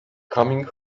coming